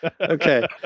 Okay